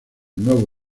nuevo